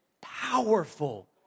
powerful